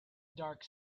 dark